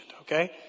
Okay